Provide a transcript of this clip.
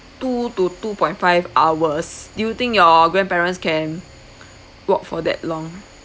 two to two point five hours do you think your grandparents can walk for that long